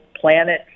planet